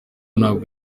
ntabwo